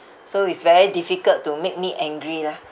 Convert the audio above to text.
so it's very difficult to make me angry lah